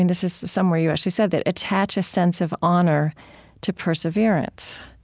and this is somewhere you actually said that, attach a sense of honor to perseverance.